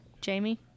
jamie